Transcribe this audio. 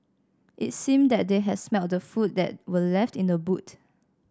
it seemed that they had smelt the food that were left in the boot